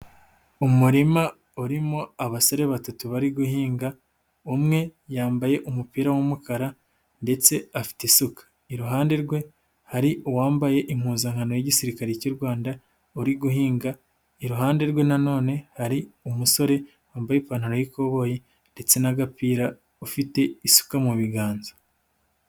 Umurima urimo abasore batatu bari guhinga, umwe yambaye umupira w'umukara ndetse afite isuka. Iruhande rwe hari uwambaye impuzankano y'igisirikare cy'u Rwanda uri guhinga, iruhande rwe na none hari umusore wambaye ipantaro yikoboyi ndetse n'agapira ufite isuka mu biganza.